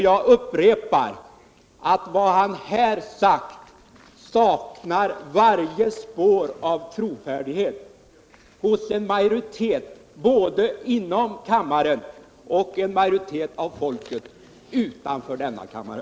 Jag upprepar att vad han här sagt saknar varje spår av trovärdighet och inte kan vinna tilltro hos vare sig en majoritet inom kammaren celler en majoritet av folket utanför denna kammare.